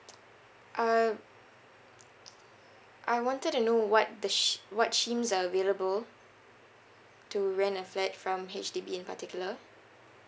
um I wanted to know what the sch~ what schemes are available to rent a flat from H_D_B in particular